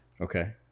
okay